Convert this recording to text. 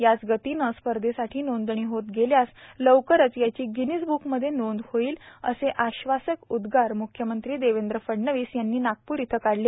याच गतीने स्पर्धेसाठी नोंदणी होत गेल्यास लवकरच याची गिनीज बुकमध्ये नोंद होईल असे आश्वासक उद्गार मुख्यमंत्री देवेंद्र फडणवीस यांनी नागपूर इथं काढले